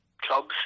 clubs